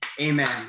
Amen